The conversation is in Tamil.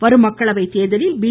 வரும் மக்களவை தேர்தலில் பி